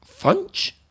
Funch